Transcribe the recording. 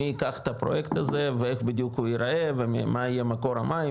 מי ייקח את הפרויקט הזה ואיך בדיוק הוא יראה ומה יהיה מקור המים,